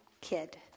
kid